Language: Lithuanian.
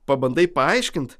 pabandai paaiškint